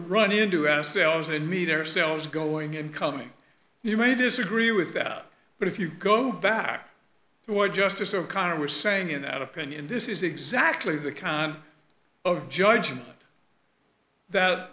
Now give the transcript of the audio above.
run into our selves and meet ourselves going and coming you may disagree with that but if you go back toward justice o'connor was saying in that opinion this is exactly the kind of judgment that